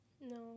No